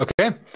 okay